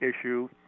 issue